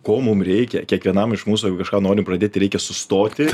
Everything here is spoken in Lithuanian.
ko mum reikia kiekvienam iš mūsų jeigu kažką norim pradėti reikia sustoti